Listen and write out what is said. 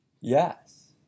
yes